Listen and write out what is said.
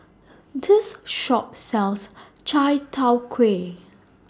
This Shop sells Chai Tow Kway